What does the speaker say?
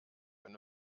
eine